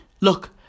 Look